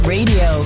Radio